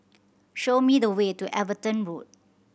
show me the way to Everton Road